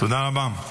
תודה רבה.